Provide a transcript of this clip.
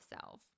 self